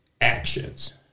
actions